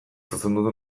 zuzendu